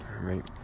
Right